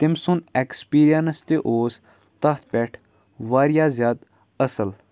تٔمۍ سُنٛد اٮ۪کسپیٖریَنٕس تہِ اوس تَتھ پٮ۪ٹھ واریاہ زیادٕ اَصٕل